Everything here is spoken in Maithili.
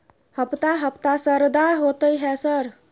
हफ्ता हफ्ता शरदा होतय है सर?